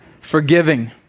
forgiving